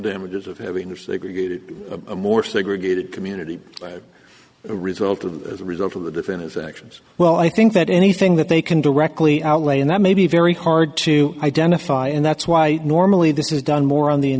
damages of having their segregated more segregated community a result of as a result of the defend his actions well i think that anything that they can directly outlane that may be very hard to identify and that's why normally this is done more on the